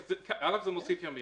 זה מוסיף ימים